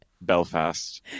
Belfast